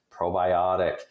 probiotic